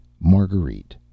Marguerite